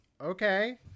Okay